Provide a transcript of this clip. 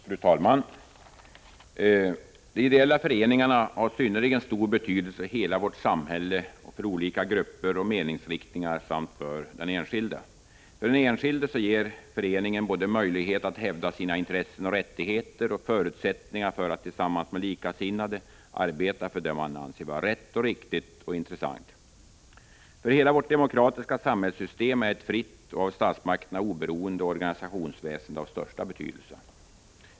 Fru talman! De ideella föreningarna har synnerligen stor betydelse i hela vårt samhälle, för olika grupper, olika meningsinriktningar och för den enskilde. Den enskilde ges genom föreningarna såväl möjlighet att hävda sina intressen och rättigheter som förutsättningar för att tillsammans med likasinnade arbeta för det man anser vara rätt och riktigt och intressant. För hela vårt demokratiska samhällssystem är ett fritt och av statsmakterna oberoende organisationsväsende av största betydelse.